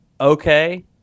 Okay